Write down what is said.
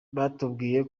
batubwiye